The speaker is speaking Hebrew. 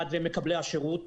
אחד זה מקבלי השירות,